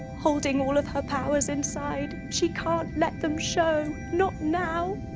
holding all of her powers inside, she can't let them show! not now!